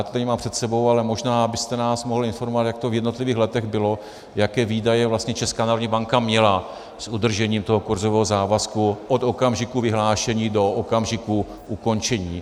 Teď to nemám před sebou, ale možná byste nás mohl informovat, jak to v jednotlivých letech bylo, jaké výdaje vlastně Česká národní banka měla s udržením toho kurzového závazku od okamžiku vyhlášení do okamžiku ukončení.